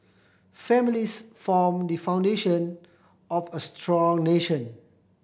families form the foundation of a strong nation